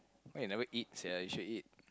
why you never eat sia you should eat